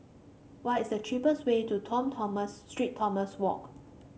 what is the cheapest way to Tom Tomas Street Thomas Walk